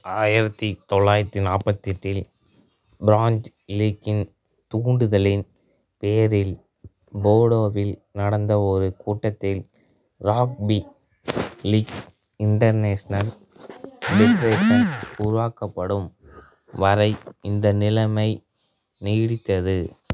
ஆயிரத்தி தொள்ளாயிரத்தி நாப்பத்தெட்டில் ப்ராஞ்ச் லீக்கின் தூண்டுதலின் பேரில் போர்டோவில் நடந்த ஒரு கூட்டத்தில் ராக்பி லீக் இன்டர்நேஷ்னல் ஃபெடரேஷன் உருவாக்கப்படும் வரை இந்த நிலைமை நீடித்தது